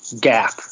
gap